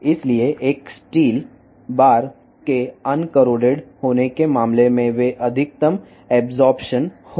కాబట్టి తుప్పు లేని ఉక్కు పట్టీ లో మాక్సిమం అబ్సార్ప్షన్ ఉంటుంది